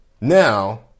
now